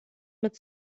mit